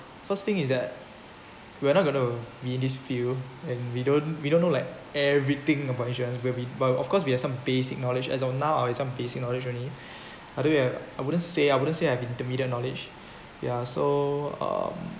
first thing is that we're not going to be in this field and we don't we don't know like everything about insurance will we but of course we have some basic knowledge as of now I have some basic knowledge only I wouldn't have I wouldn't say I wouldn't say I have intermediate knowledge ya so uh